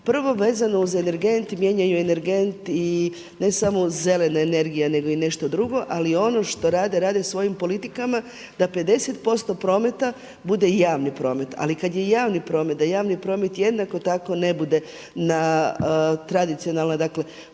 Prvo vezano uz energent mijenjaju energent i ne samo zelena energija nego i nešto drugo, ali i ono što rade, rade svojim politikama da 50% prometa bude javni promet. Ali kad je javni promet da javni promet jednako tako ne bude na tradicijama, dakle